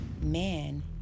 man